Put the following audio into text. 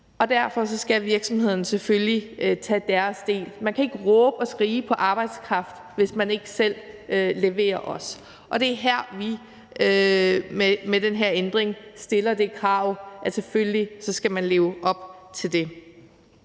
Derfor skal virksomhederne selvfølgelig tage deres del, og man kan ikke råbe og skrige på arbejdskraft, hvis man ikke også selv leverer, og det er her, vi med den her ændring stiller det krav, at man selvfølgelig skal leve op til det.